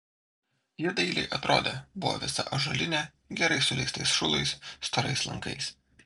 ji dailiai atrodė buvo visa ąžuolinė gerai suleistais šulais storais lankais